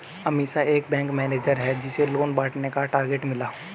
अमीषा एक bank manager है जिसे लोन बांटने का टारगेट मिला